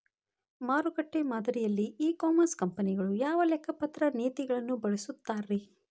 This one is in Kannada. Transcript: ಮಾರುಕಟ್ಟೆ ಮಾದರಿಯಲ್ಲಿ ಇ ಕಾಮರ್ಸ್ ಕಂಪನಿಗಳು ಯಾವ ಲೆಕ್ಕಪತ್ರ ನೇತಿಗಳನ್ನ ಬಳಸುತ್ತಾರಿ?